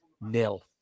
nil